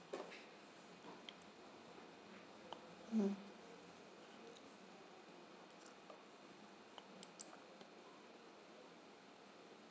mm